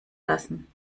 lassen